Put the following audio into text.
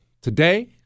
Today